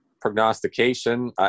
prognostication